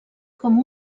com